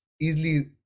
easily